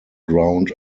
ground